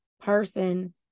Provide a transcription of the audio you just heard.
person